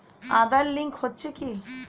Aadhaar link হচ্ছে কি?